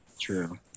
True